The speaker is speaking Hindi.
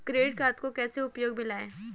क्रेडिट कार्ड कैसे उपयोग में लाएँ?